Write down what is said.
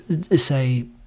say